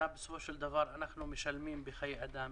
ובסופו של דבר אנחנו משלמים בחיי אדם.